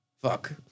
Fuck